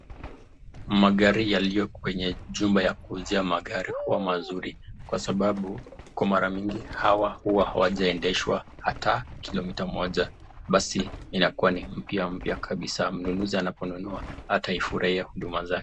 Magari yaliyo kwenye jumba ya kuuzia magari huwa mazuri kwa sababu kwa mara mingi hawa huwa hawajaendeshwa ata kilomita moja, basi inakuwa ni mpya mpya kabisaa, mnunuzi anaponunua ataifurahia huduma zake.